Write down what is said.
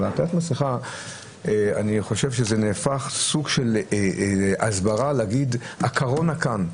אבל עטיית מסכה זה הפך לסוג של הסברה כדי להגיד "הקורונה כאן".